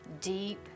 deep